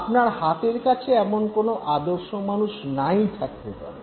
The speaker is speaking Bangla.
আপনার হাতের কাছে এমন কোনো আদর্শ মানুষ নাই থাকতে পারেন